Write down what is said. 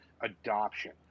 adoption